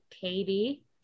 Katie